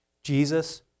Jesus